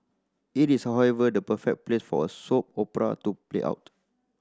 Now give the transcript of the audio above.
it is however the perfect place for a soap opera to play out